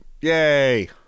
Yay